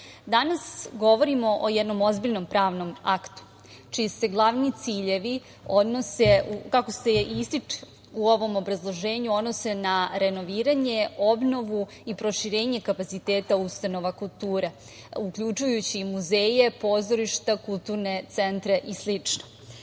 govorimo o jednom ozbiljnom pravnom aktu čiji se glavni ciljevi, kako se ističe u ovom obrazloženju, odnose na renoviranje, obnovu i proširenje kapaciteta ustanova kulture, uključujući i muzeje, pozorišta, kulturne centre i